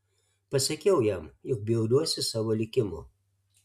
pasakiau jam jog bjauriuosi savo likimu